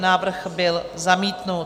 Návrh byl zamítnut.